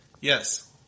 Yes